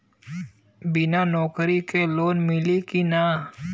बिना नौकरी के लोन मिली कि ना?